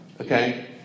Okay